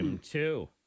two